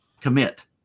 Commit